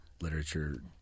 literature